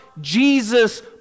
Jesus